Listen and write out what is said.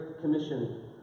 Commission